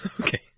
Okay